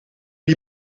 die